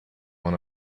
one